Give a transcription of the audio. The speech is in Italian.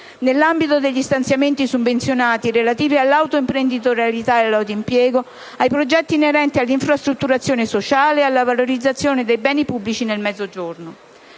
nell'ambito degli stanziamenti summenzionati relativi all'autoimprenditorialità e all'autoimpiego, ai progetti inerenti all'infrastrutturazione sociale ed alla valorizzazione di beni pubblici nel Mezzogiorno.